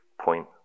point